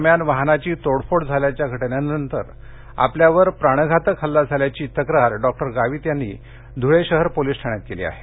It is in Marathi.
दरम्यान वाहनाची तोडफोड झाल्याच्या घटनेनंतर आपल्यावर प्राणघातक हल्ला झाल्याची तक्रार डॉक्टर गावित यांनी ध्वळे शहर पोलीस ठाण्यात केली आहे